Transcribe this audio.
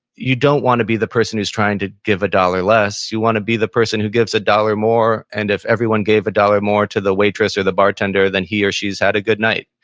you don't want to be the person who's trying to give a dollar less, you want to be the person who gives a dollar more, and if everyone gave a dollar more to the waitress or the bartender, then he or she's had a good night,